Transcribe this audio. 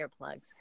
earplugs